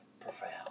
profound